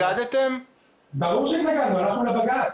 ברור שהתנגדנו, הלכנו לבג"צ.